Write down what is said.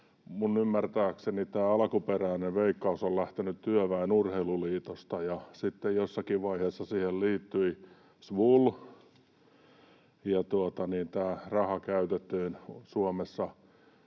ymmärtääkseni tämä alkuperäinen Veikkaus on lähtenyt Työväen Urheiluliitosta ja sitten jossakin vaiheessa siihen liittyi SVUL ja tämä raha käytettiin Suomessa